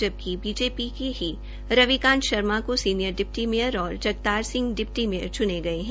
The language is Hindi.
जबकि बीजेपी के ही रविकांत शर्मा को सीनियर डिप्टी मेयर और जगतार सिह डिप्टी मेयर च्ने गये है